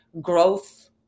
growth